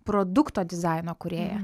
produkto dizaino kūrėją